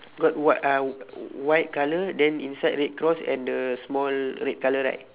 got what uh white colour then inside red cross and the small red colour right